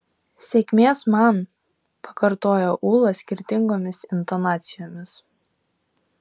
sėkmės man pakartojo ūla skirtingomis intonacijomis